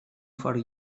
fort